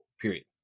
period